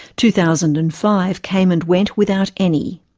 two thousand and five came and went without any.